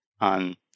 on